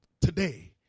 today